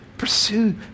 Pursue